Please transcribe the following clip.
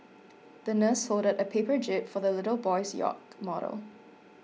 the nurse folded a paper jib for the little boy's yacht model